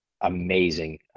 amazing